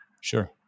sure